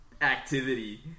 activity